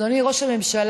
אדוני ראש הממשלה,